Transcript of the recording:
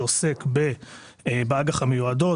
שעוסק באג"ח המיועדות,